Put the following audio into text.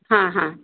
हां हां